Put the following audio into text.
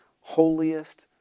holiest